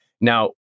Now